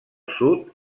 sud